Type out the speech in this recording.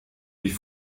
wie